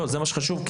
זה מה שחשוב.